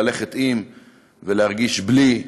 ללכת עם ולהרגיש בלי.